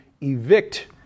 evict